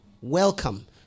Welcome